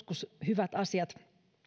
kulunut tuosta joskus hyvät asiat